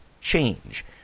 change